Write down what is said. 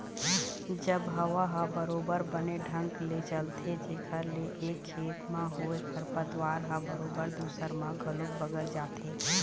जब हवा ह बरोबर बने ढंग ले चलथे जेखर ले एक खेत म होय खरपतवार ह बरोबर दूसर म घलोक बगर जाथे